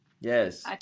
Yes